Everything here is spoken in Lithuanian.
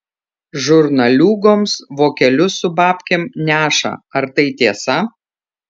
žurnaliūgoms vokelius su babkėm neša ar tai tiesa